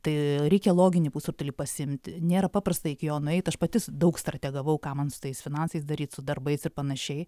tai reikia loginį pusrutulį pasiimt nėra paprasta iki jo nueit aš pati daug strategavau ką man su tais finansais daryt su darbais ir panašiai